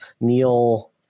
neil